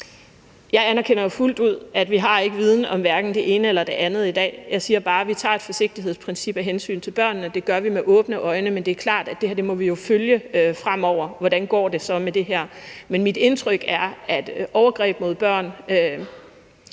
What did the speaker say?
ud anerkender, at vi ikke har viden om hverken det ene eller det andet i dag. Jeg siger bare, at vi tager et forsigtighedsprincip af hensyn til børnene – det gør vi med åbne øjne. Men det er klart, at vi fremover må følge, hvordan det så går med det her. Men mit indtryk er, at i forhold